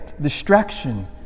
distraction